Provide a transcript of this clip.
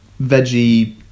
veggie